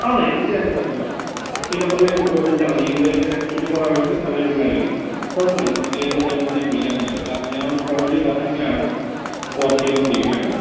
അതെ ഇതെൻറ്റെ നമ്പറാണ് ഈ നമ്പറിലേക്ക് വിളിച്ചാല് മതി ഇത് ട്വൻറ്റി ഫോര് ഹവേഴ്സ്സ് അവൈലബിളായിരിക്കും കുഴപ്പമില്ല നിങ്ങള്ക്കേത് ടൈം വേണമെങ്കിലും വിളിക്കാവുന്നതാണ് കാരണം ഞാൻ ഓൾറെഡി വർക്കിങ്ങിലാണ് ഇപ്പോള് വർക്ക് ചെയ്തുകൊണ്ടിരിക്കുകയാണ്